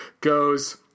goes